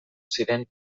ziren